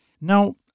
Now